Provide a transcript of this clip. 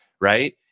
right